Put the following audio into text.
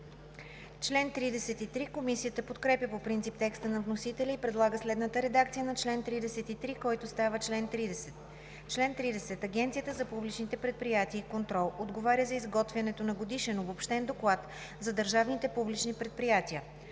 Комисията подкрепя по принцип текста на вносителя и предлага следната редакция на чл. 33, който става чл. 30: „Чл. 30. Агенцията за публичните предприятия и контрол отговаря за изготвянето на годишен обобщен доклад за държавните публични предприятия.